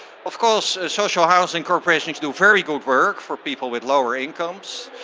of course social housing corporations do very good work for people with lower incomes,